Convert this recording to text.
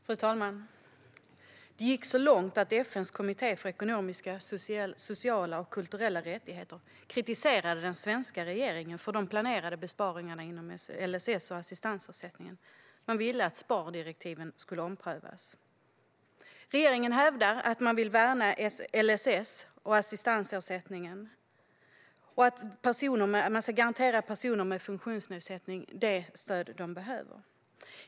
Fru talman! Det gick så långt att FN:s kommitté för ekonomiska, sociala och kulturella rättigheter kritiserade den svenska regeringen för de planerade besparingarna inom LSS och assistansersättningen. Man ville att spardirektiven skulle omprövas. Regeringen hävdar att man vill värna LSS och assistansersättningen och att man ska garantera personer med funktionsnedsättning det stöd de behöver.